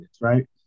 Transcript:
right